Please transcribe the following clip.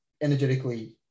energetically